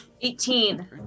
Eighteen